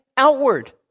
outward